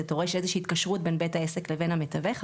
וזה דורש איזו שהיא התקשרות בין בית העסק לבין המתווך.